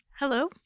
Hello